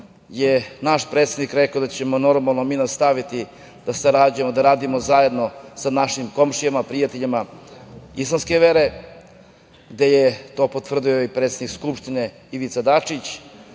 je naš predsednik rekao da ćemo, normalno, mi nastaviti da sarađujemo, da radimo zajedno sa našim komšijama, prijateljima islamske vere, gde je to potvrdio i predsednik Skupštine Ivica Dačić.